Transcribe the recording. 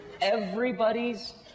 Everybody's